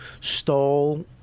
stole